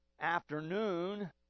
afternoon